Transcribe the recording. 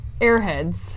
Airheads